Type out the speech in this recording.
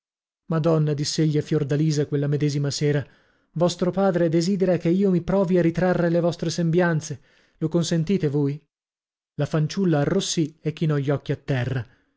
madonna diss'egli a fiordalisa quella medesima sera vostro padre desidera che io mi provi a ritrarre le vostre sembianze lo consentite voi la fanciulla arrossì e chinò gli occhi a terra